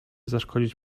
zaszkodzić